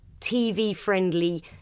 TV-friendly